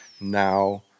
now